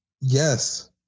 yes